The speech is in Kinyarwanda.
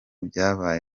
byabaye